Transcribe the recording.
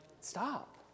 stop